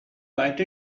write